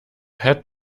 had